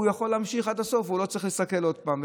והוא יכול להמשיך עד הסוף והוא לא צריך להסתכל עוד פעם.